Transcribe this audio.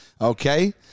Okay